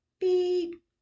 Beep